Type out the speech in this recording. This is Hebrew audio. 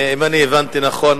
אם אני הבנתי נכון,